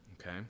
okay